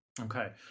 okay